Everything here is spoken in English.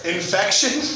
Infection